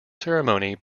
ceremony